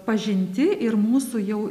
pažinti ir mūsų jau